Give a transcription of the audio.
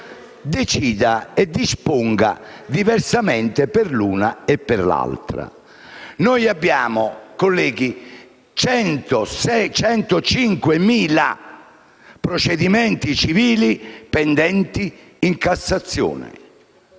identiche disponga diversamente per l'una e per l'altra. Colleghi, abbiamo 105.000 procedimenti civili pendenti in Cassazione.